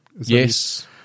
Yes